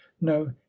no